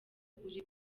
ukuri